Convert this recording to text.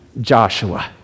Joshua